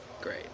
great